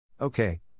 Okay